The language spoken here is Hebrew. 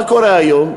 מה קורה היום?